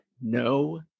no